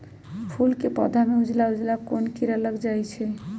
फूल के पौधा में उजला उजला कोन किरा लग जई छइ?